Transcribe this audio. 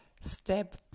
Step